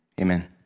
Amen